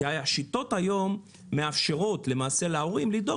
כי השיטות היום מאפשרות למעשה להורים לדאוג